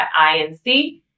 inc